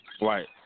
Right